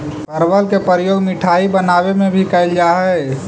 परवल के प्रयोग मिठाई बनावे में भी कैल जा हइ